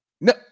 No